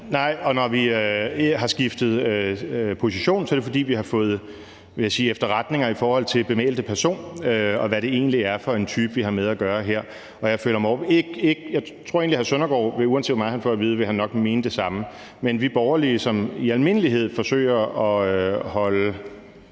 Nej, når vi har skiftet position, er det, fordi vi har fået – vil jeg sige – efterretninger i forhold til bemeldte person, og hvad det egentlig er for en type, vi har med at gøre her. Og jeg tror egentlig, at uanset hvor meget hr. Søren Søndergaard får at vide, vil han nok mene det samme. Men vi borgerlige, som i almindelighed forsøger at holde